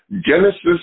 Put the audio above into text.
Genesis